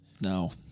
No